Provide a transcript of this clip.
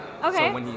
Okay